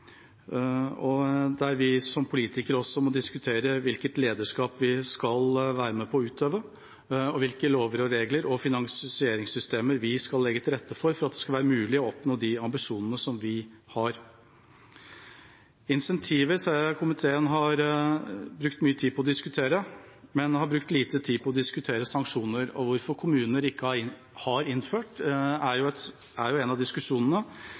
og der må vi som politikere også diskutere hvilket lederskap vi skal være med på å utøve, og hvilke lover, regler og finansieringssystemer vi skal legge til rette for, for at det skal være mulig å oppnå de ambisjonene vi har. Jeg ser at komiteen har brukt mye tid på å diskutere incentiver, men lite tid på å diskutere sanksjoner. Hvorfor kommuner ikke har innført dette, er en av diskusjonene